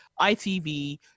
itv